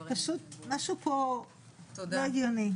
פשוט משהו פה לא הגיוני.